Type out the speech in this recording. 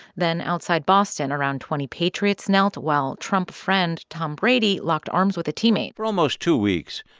then outside boston, around twenty patriots knelt while trump friend tom brady locked arms with a teammate for almost two weeks,